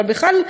אבל בכלל,